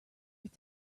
were